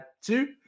two